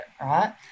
right